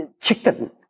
chicken